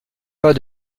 pas